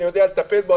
אני יודע לטפל בו,